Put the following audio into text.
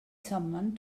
someone